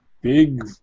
Big